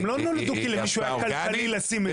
הם לא נולדו כי למישהו היה כלכלי לשים את זה.